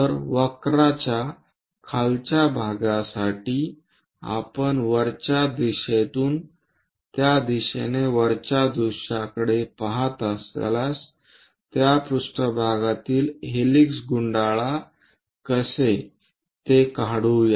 तर वक्र च्या खालच्या भागासाठी आपण वरच्या दृश्यातून त्या दिशेने वरच्या दृश्याकडे पहात असल्यास त्या पृष्ठभागातील हेलिक्स गुंडाळा कसे ते काढू या